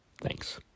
Thanks